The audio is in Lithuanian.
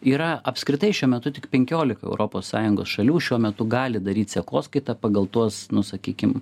yra apskritai šiuo metu tik penkiolika europos sąjungos šalių šiuo metu gali daryt sekoskaitą pagal tuos nu sakykim